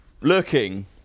looking